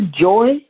joy